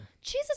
Jesus